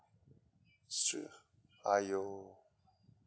sure !aiyo!